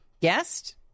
guest